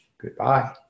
goodbye